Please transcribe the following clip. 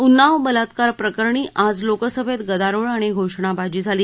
उन्नाव बलात्कार प्रकरणी आज लोकसभेत गदारोळ आणि घोषणाबाजी झाली